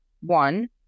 one